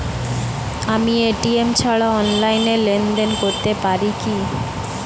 আমি এ.টি.এম ছাড়া অনলাইনে লেনদেন করতে পারি কি?